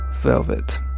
velvet